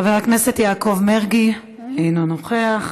חבר הכנסת יעקב מרגי, אינו נוכח,